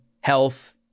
health